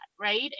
right